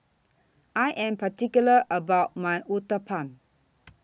I Am particular about My Uthapam